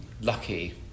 lucky